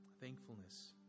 thankfulness